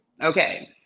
Okay